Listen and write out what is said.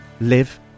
live